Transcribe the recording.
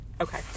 Okay